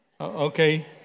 Okay